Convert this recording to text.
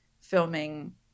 filming